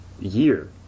year